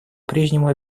прежнему